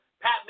Pat